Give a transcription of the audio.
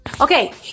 Okay